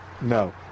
no